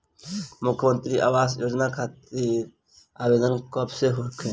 मुख्यमंत्री आवास योजना खातिर आवेदन कब से होई?